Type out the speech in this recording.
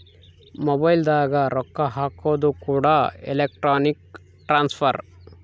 mobile ದಾಗ ರೊಕ್ಕ ಹಾಕೋದು ಕೂಡ ಎಲೆಕ್ಟ್ರಾನಿಕ್ ಟ್ರಾನ್ಸ್ಫರ್